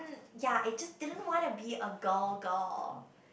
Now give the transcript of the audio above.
ya I just didn't want to be a girl girl